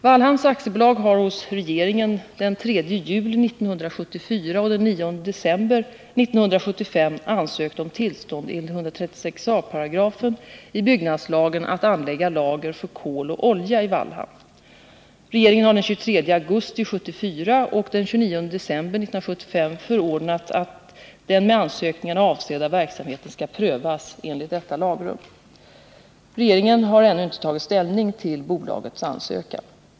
Wallhamn AB har hos regeringen den 3 juli 1974 och den 9 december 1975 ansökt om tillstånd enligt 136 a § byggnadslagen att anlägga lager för kol och olja i Vallhamn. Regeringen har den 23 augusti 1974 och den 29 december 1975 förordnat att den med ansökningarna avsedda verksamheten skall prövas enligt detta lagrum. Regeringen har ännu inte tagit ställning till bolagets ansökan.